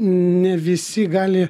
ne visi gali